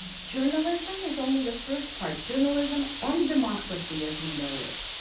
journalism is only the first part. journalism, and democracy as we know it,